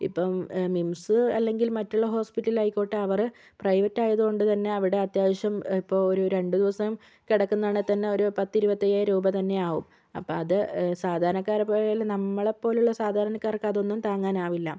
ഇപ്പം മിംസ് അല്ലെങ്കിൽ മറ്റുള്ള ഹോസ്പിറ്റൽ ആയിക്കോട്ടെ അവർ പ്രൈവറ്റ് ആയതുകൊണ്ടുത്തന്നെ അവിടെ അത്യാവശ്യം ഇപ്പോൾ ഒരു രണ്ട് ദിവസം കിടക്കുന്നതാണെങ്കിൽ തന്നെ പത്ത് ഇരുപത്തയ്യായിരം രൂപ തന്നെ ആകും അപ്പം അത് സാധാരണക്കാരെപ്പോലെയുള്ള നമ്മളെപ്പോലെയുള്ള സാധാരണക്കാർക്ക് അതൊന്നും താങ്ങാനാവില്ല